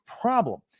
problem